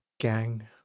gang